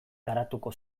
garatuko